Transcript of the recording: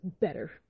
better